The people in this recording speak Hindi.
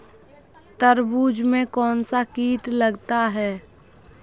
तरबूज में कौनसा कीट लगता है?